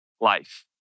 life